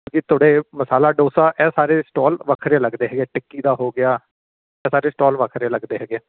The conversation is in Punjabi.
ਕਿ ਤੁਹਾਡੇ ਮਸਾਲਾ ਡੋਸਾ ਇਹ ਸਾਰੇ ਸਟਾਲ ਵੱਖਰੇ ਲੱਗਦੇ ਹੈ ਟਿੱਕੀ ਦਾ ਹੋ ਗਿਆ ਇਹ ਸਾਰੇ ਸਟਾਲ ਵੱਖਰੇ ਲੱਗਦੇ ਹੈਗੇ ਹੈ